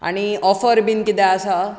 आनी ऑफर बीन कितें आसा